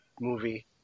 movie